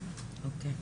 --- אוקיי.